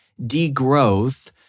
degrowth